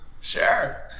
Sure